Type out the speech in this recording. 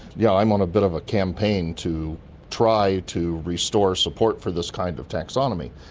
yeah i'm on a bit of a campaign to try to restore support for this kind of taxonomy.